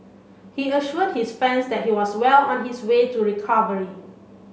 he assured his fans that he was well on his way to recovery